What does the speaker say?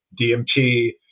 DMT